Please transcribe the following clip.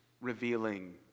revealing